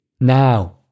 now